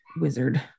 wizard